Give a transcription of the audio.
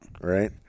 Right